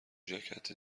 ژاکت